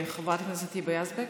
חברת הכנסת היבה יזבק,